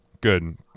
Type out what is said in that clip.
Good